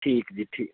ਠੀਕ ਜੀ ਠੀਕ